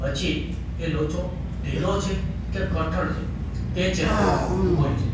પછી એ લોચો ઢીલો છે કે કઠણ છે તે ચેક કરવામાં આવતું હોય છે